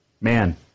Man